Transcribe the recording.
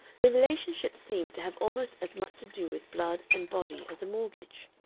the relationship seemed to have almost as much to do with blood and body as a mortgage.